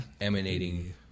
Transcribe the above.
emanating